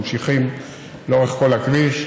וממשיכים לאורך כל הכביש.